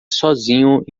sozinho